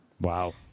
Wow